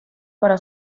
para